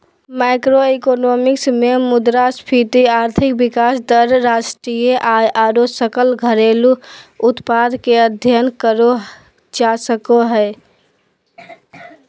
macroeconomics मे मुद्रास्फीति, आर्थिक विकास दर, राष्ट्रीय आय आरो सकल घरेलू उत्पाद के अध्ययन करल जा हय